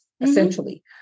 essentially